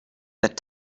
that